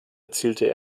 erzielte